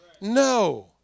No